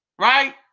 right